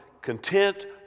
content